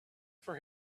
for